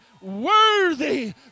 worthy